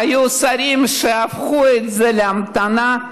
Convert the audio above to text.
היו שרים שהפכו את זה להמתנה.